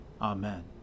Amen